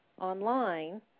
online